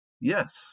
Yes